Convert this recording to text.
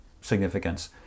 significance